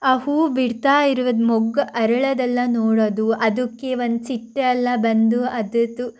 ಆ ಹೂವು ಬಿಡ್ತಾ ಇರುವುದು ಮೊಗ್ಗು ಅರಳೋದೆಲ್ಲ ನೋಡೋದು ಅದಕ್ಕೆ ಒಂದು ಚಿಟ್ಟೆಯೆಲ್ಲ ಬಂದು ಅದರದು